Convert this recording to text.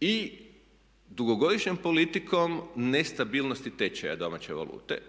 i dugogodišnjom politikom nestabilnosti tečaja domaće valute,